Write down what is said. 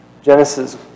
Genesis